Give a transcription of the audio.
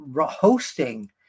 Hosting